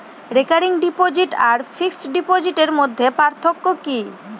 Recurring deposit আর fixed ডিপোজিটের মধ্যে পার্থক্য কি?